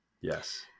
Yes